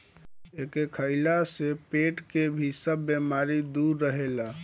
एके खइला से पेट के भी सब बेमारी दूर रहेला